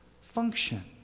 function